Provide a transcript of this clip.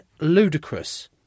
ludicrous